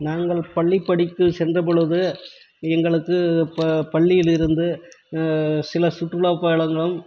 நாங்கள் பள்ளி படிப்பு சென்றபொழுது எங்களுக்கு இப்போ பள்ளியில் இருந்து சில சுற்றுலா பயணங்களும்